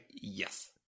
yes